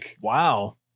Wow